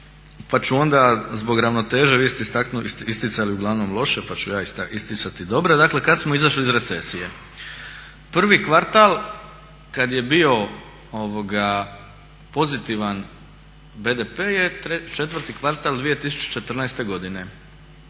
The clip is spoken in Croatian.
pa ću onda zbog ravnoteže, vi ste isticali uglavnom loše pa ću ja isticati dobre. Dakle, kada smo izašli iz recesije, prvi kvartal kada je bio pozitivan BDP je 4.kvartal 2014.godine,